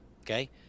okay